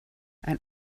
ein